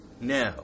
Now